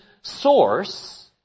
source